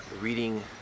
reading